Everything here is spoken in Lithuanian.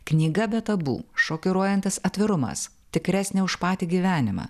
knyga be tabu šokiruojantis atvirumas tikresnė už patį gyvenimą